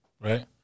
right